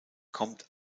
kommt